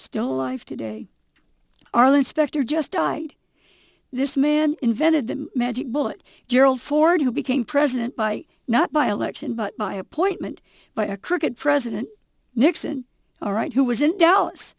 still life today arlen specter just died this man invented the magic bullet gerald ford who became president by not by election but by appointment by a crooked president nixon all right who was in dallas